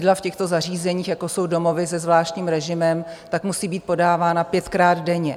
V těchto zařízeních, jako jsou domovy ze zvláštním režimem, musí být podávána pětkrát denně.